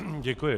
Děkuji.